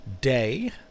day